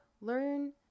learn